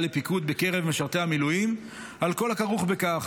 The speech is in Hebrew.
לפיקוד בקרב משרתי המילואים על כל הכרוך בכך,